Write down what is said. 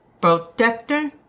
Protector